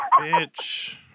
Bitch